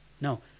no